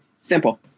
Simple